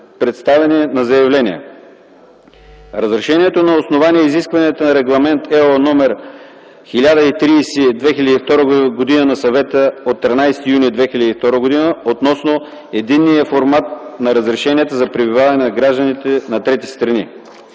представяне на заявление. Разрешението е на основание изискванията на Регламент /ЕО/ № 1030/2002 на Съвета от 13 юни 2002 г. относно единния формат на разрешенията за пребиваване за гражданите на трети страни.